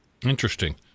Interesting